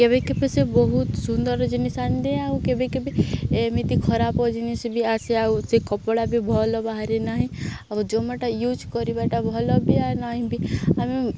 କେବେ କେବେ ସେ ବହୁତ ସୁନ୍ଦର ଜିନିଷ ଆଣିଦିଏ ଆଉ କେବେ କେବେ ଏମିତି ଖରାପ ଜିନିଷ ବି ଆସେ ଆଉ ସେ କପଡ଼ା ବି ଭଲ ବାହାରେ ନାହିଁ ଆଉ ଜୋମାଟୋ ୟୁଜ୍ କରିବାଟା ଭଲ ବି ଆ ନାହିଁ ବି ଆମେ